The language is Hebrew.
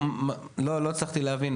לא, לא הצלחתי להבין.